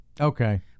Okay